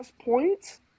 points